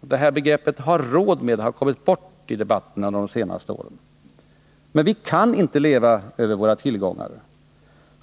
Det här begreppet ”ha råd med” har kommit bort i debatten de senaste åren. Men vi kan inte leva över våra tillgångar.